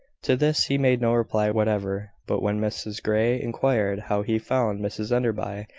to this he made no reply whatever but when mrs grey inquired how he found mrs enderby,